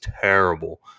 terrible